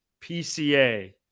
PCA